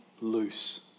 loose